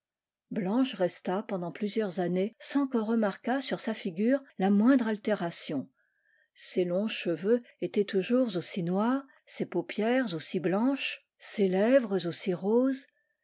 blanche resta pendant plusieurs années sans qu'on remarquât sur sa ligure la moindre altération ses longs cheveux étaient toujours aussi noirs ses paupières aussi blanches ses kvres aussi roses